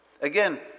Again